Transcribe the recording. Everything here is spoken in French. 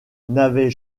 n’avait